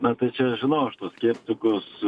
na tai čia žinau aš tuos skeptikus